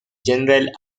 general